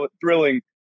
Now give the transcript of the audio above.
thrilling